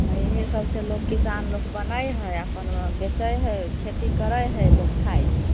तऽ इएह सबसँ लोक किसान लोक बनै हइ अप्पन बेचै हइ खेती करै हइ लोक खाइ हइ